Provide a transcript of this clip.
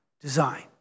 design